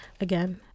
again